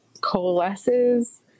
coalesces